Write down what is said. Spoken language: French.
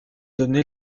donné